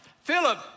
Philip